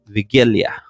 Vigilia